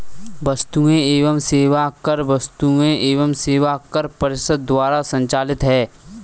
वस्तु एवं सेवा कर वस्तु एवं सेवा कर परिषद द्वारा संचालित है